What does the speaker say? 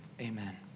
amen